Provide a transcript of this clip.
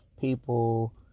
people